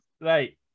Right